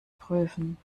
prüfen